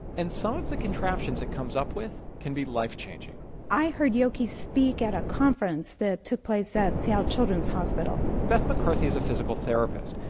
and some the contraptions it comes up with can be life changing i heard yoky speak at a conference that took place at seattle children's hospital beth mccarthy is a physical therapist.